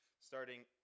starting